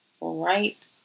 right